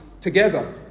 together